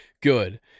good